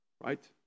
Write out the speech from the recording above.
right